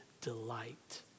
delight